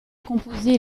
composé